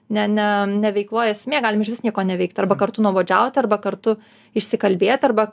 ne ne ne veikloj esmė galim išvis nieko neveikt arba kartu nuobodžiauti arba kartu išsikalbėt arba